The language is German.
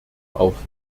auf